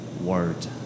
word